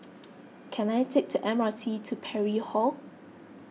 can I take the M R T to Parry Hall